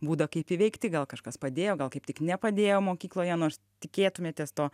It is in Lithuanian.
būdą kaip įveikti gal kažkas padėjo gal kaip tik nepadėjo mokykloje nors tikėtumėtės to